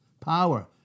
Power